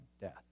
death